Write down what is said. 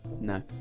No